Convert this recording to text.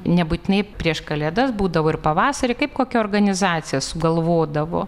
nebūtinai prieš kalėdas būdavo ir pavasarį kaip kokia organizacija sugalvodavo